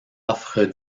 offre